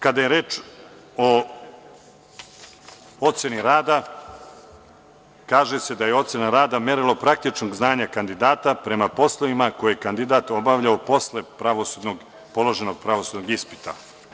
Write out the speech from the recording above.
Kada je reč o oceni rada, kaže se da je ocena rada merilo praktičnog znanja kandidata prema poslovima koje kandidat obavlja posle položenog pravosudnog ispita.